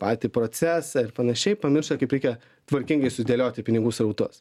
patį procesą ir panašiai pamiršo kaip reikia tvarkingai sudėlioti pinigų srautus